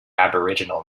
aboriginal